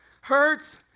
hurts